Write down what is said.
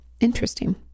Interesting